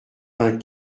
vingt